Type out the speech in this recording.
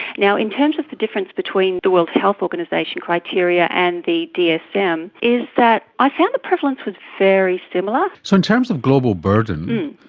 in terms of the difference between the world health organisation criteria and the dsm is that i found the prevalence was very similar. so in terms of global burden,